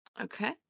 okay